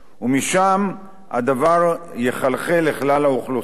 ומשם הדבר יחלחל לכלל האוכלוסייה.